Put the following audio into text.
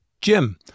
Jim